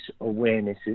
awarenesses